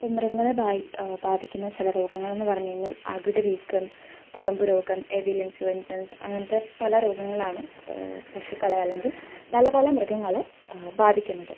ഇപ്പം മൃഗങ്ങളെ ബാധിക്കുന്ന ചില രോഗങ്ങളെന്ന് പറഞ്ഞ് കഴിഞ്ഞാൽ അകിട് വീക്കം കുളമ്പ് രോഗം അങ്ങനെത്തെ പല രോഗങ്ങളാണ് പശുക്കളെ അല്ലെങ്കിൽ പല പല മൃഗങ്ങളെ ബാധിക്കുന്നത്